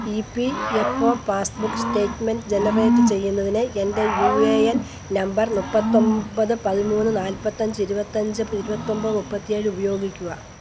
E P F O passbook statement ജനറേറ്റുചെയ്യുന്നതിന് എൻ്റെ U A N number മുപ്പത്തൊമ്പത് പതിമൂന്ന് നാല്പത്തഞ്ച് ഇരുപത്തഞ്ച് ഇരുപത്തൊമ്പത് മുപ്പത്തിയേഴ് ഉപയോഗിക്കുക